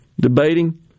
debating